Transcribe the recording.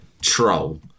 troll